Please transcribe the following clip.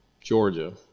Georgia